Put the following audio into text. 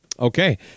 Okay